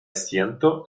siento